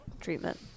treatment